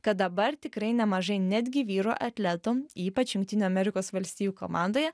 kad dabar tikrai nemažai netgi vyrų atletų ypač jungtinių amerikos valstijų komandoje